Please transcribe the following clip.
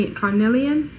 carnelian